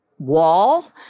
wall